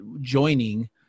joining